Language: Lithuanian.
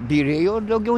byrėjo daugiau